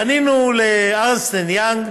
פנינו לארנסט אנד יאנג,